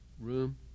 room